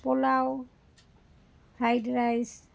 pulao fried rice